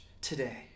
today